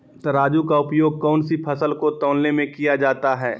तराजू का उपयोग कौन सी फसल को तौलने में किया जाता है?